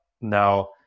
Now